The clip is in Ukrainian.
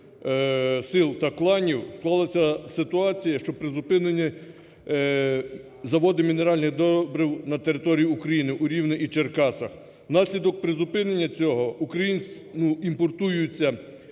сил та кланів, склалася ситуація, що призупинені заводи мінеральних добрив на території України у Рівно і Черкасах. Внаслідок призупинення цього українцями імпортуються